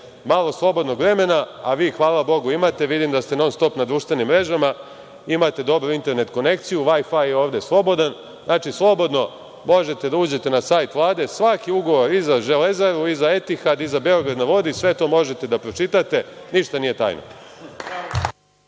malo slobodnog vremena, a vi ga hvala Bogu imate, vidim da ste non stop na društvenim mrežama, imate dobru internet konekciju,„Vaj faj“ je ovde slobodan, slobodno možete da uđete na sajt Vlade i svaki ugovor i za „Železaru“, „Etihad“ i „Beograd na vodi“ sve to možete da pročitate. Ništa nije tajna.